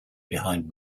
behind